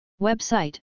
Website